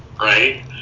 right